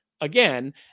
again